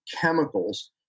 chemicals